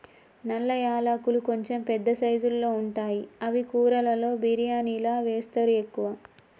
నల్ల యాలకులు కొంచెం పెద్ద సైజుల్లో ఉంటాయి అవి కూరలలో బిర్యానిలా వేస్తరు ఎక్కువ